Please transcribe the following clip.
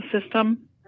system